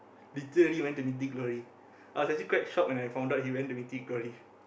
literally went to Mythic-Glory I was actually quite shock when I found out he went to Mythic-Glory